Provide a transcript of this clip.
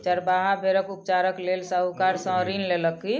चरवाहा भेड़क उपचारक लेल साहूकार सॅ ऋण लेलक